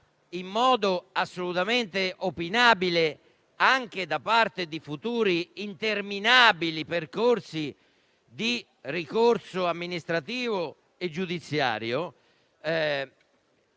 in modo assolutamente opinabile, anche alla luce di futuri interminabili percorsi di ricorso amministrativo e giudiziario,